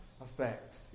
effect